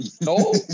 no